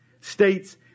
states